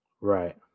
Right